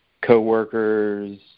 coworkers